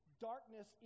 darkness